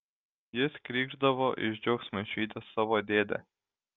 jis krykšdavo iš džiaugsmo išvydęs savo dėdę